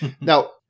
Now